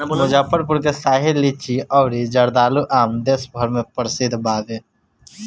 मुजफ्फरपुर के शाही लीची अउरी जर्दालू आम देस भर में प्रसिद्ध बावे